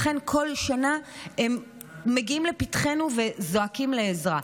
לכן כל שנה הם מגיעים לפתחנו וזועקים לעזרה.